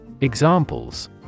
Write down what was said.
Examples